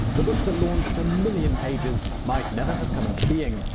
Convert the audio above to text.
the book that launched a million pages might never have come into being.